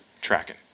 tracking